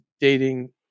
dating